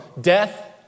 death